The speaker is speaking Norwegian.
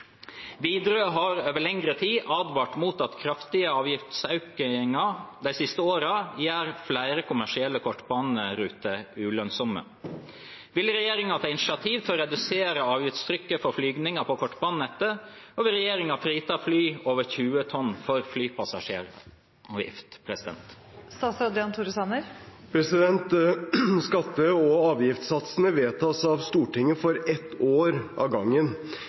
Widerøe har over lengre tid advart mot at kraftige avgiftsøkninger de siste årene gjør flere kommersielle kortbaneruter ulønnsomme. Vil regjeringen ta initiativ til å redusere avgiftstrykket for flyvninger på kortbanenettet, og vil regjeringen frita fly under 20 tonn for flypassasjeravgift?» Skatte- og avgiftssatsene vedtas av Stortinget for ett år av gangen,